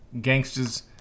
Gangsters